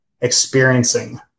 experiencing